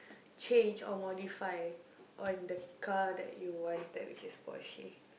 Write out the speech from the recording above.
change or modify on the car that you wanted which is Porsche